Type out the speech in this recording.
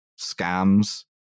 scams